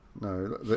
No